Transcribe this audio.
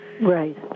Right